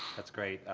that's great.